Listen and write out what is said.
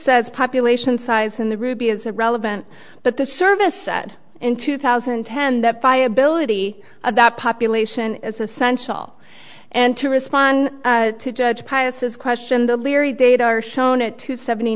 says population size in the ruby is irrelevant but the service said in two thousand and ten that viability of that population is essential and to respond to judge pius has questioned the leary data are shown it to seventy